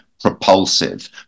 propulsive